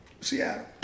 seattle